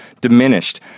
diminished